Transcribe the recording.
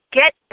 get